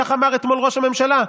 כך אמר אתמול ראש הממשלה,